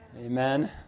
Amen